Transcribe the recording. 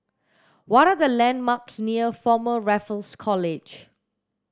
what are the landmarks near Former Raffles College